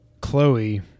Chloe